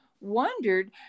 wondered